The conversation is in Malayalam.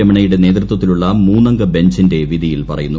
രമണയുടെ നേതൃത്വത്തിലുള്ള മൂന്നംഗ ബെഞ്ചിന്റെ വിധിയിൽ പറയുന്നു